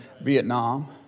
Vietnam